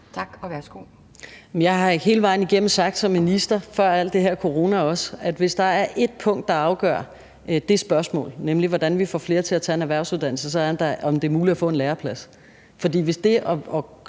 Jeg har hele vejen igennem sagt som minister, også før alt det her corona, at hvis der er ét punkt, der afgør det spørgsmål, nemlig hvordan vi får flere til at tage en erhvervsuddannelse, er det, om det er muligt at få en læreplads. For hvis det at